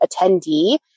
attendee